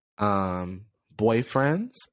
Boyfriends